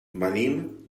venim